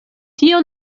tio